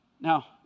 Now